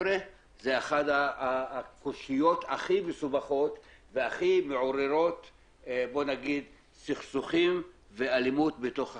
זו אחת הסוגיות הכי מסובכות והכי מעוררות סכסוכים ואלימות בתוך החברה.